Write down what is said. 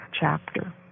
chapter